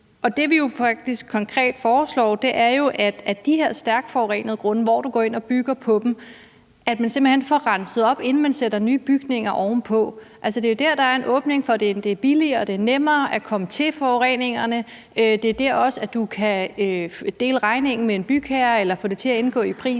jo, at man i forhold til de her stærkt forurenede grunde, som man går ind og bygger på, simpelt hen får renset op, inden man sætter nye bygninger ovenpå. Altså, det er jo der, der er en åbning, i forhold til at det er billigere og nemmere at komme til forureningerne. Der er også det, at man kan dele regningen med en bygherre eller få det til at indgå i prisen,